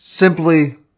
simply